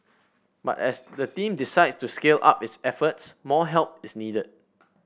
but as the team decides to scale up its efforts more help is needed